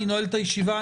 אני נועל את הישיבה.